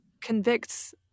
convicts